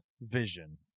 Vision